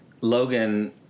Logan